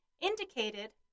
indicated